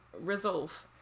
resolve